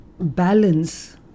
balance